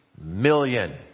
million